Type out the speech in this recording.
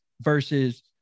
versus